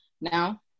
Now